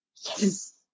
Yes